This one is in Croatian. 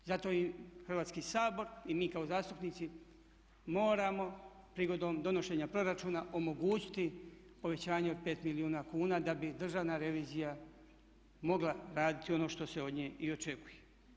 Zato i Hrvatski sabor i mi kao zastupnici moramo prigodom donošenja proračuna omogućiti povećanje od 5 milijuna kuna da bi Državna revizija mogla raditi ono što se od nje i očekuje.